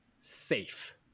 safe